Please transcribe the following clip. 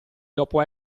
dopo